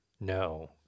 no